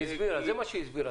היא הסבירה.